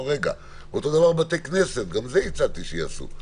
אותו דבר בתי כנסת, גם את זה הצעתי שיעשו.